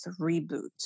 Reboot